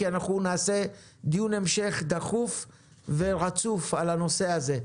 כי נעשה דיון המשך דחוף על הנושא הזה.